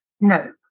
no